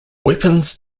weapons